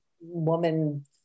woman